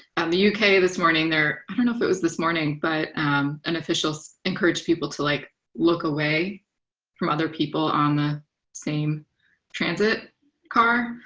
and the yeah uk, this morning, their i don't know if it was this morning, but an official encouraged people to like look away from other people on the same transit car.